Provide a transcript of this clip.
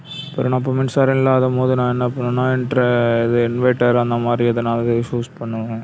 சரி இப்போ நான் மின்சாரம் இல்லாதபோது நான் என்ன பண்ணுவேன்னா இன்ட்ர் இது இன்வட்டர் அந்தமாதிரி எதனாவது சூஸ் பண்ணுவோம்